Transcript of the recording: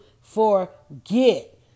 forget